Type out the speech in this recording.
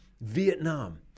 Vietnam